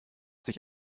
sich